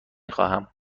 خواهم